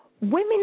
women